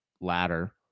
ladder